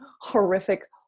horrific